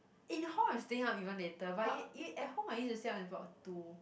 in hall I'm staying up even later but i~ at home I used to stay up until about two